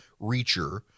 Reacher